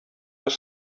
were